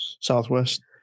Southwest